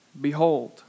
behold